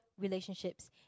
relationships